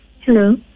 Hello